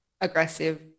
aggressive